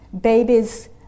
babies